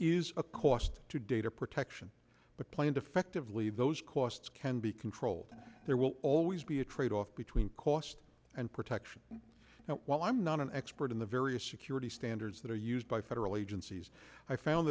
is a cost to data protection but planned effectively those costs can be controlled and there will always be a tradeoff between cost and protection while i'm not an expert in the various security standards that are used by federal agencies i found